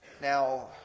Now